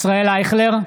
ישראל אייכלר,